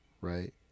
right